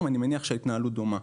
אבל אני מניח שההתנהלות היא דומה.